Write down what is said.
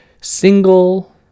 single